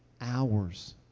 hours